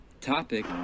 topic